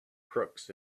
crooks